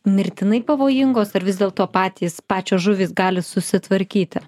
mirtinai pavojingos ar vis dėlto patys pačios žuvys gali susitvarkyti